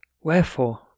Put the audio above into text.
wherefore